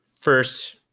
first